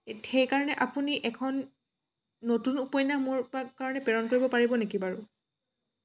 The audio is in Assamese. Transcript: সেইকাৰণে আপুনি এখন নতুন উপন্যাস মোৰ কাৰণে প্ৰেৰণ কৰিব পাৰিব নেকি বাৰু